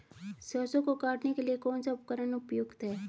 सरसों को काटने के लिये कौन सा उपकरण उपयुक्त है?